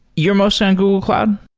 your mostly on google cloud?